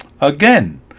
again